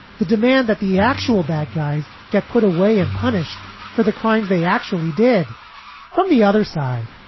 the demand that the actual bad guys get put away and punished for the crimes they actually did from the other side.